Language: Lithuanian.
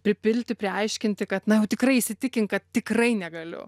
pripilti paaiškinti kad na tikrai įsitikinti kad tikrai negaliu